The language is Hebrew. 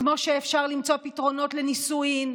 כמו שאפשר למצוא פתרונות לנישואים,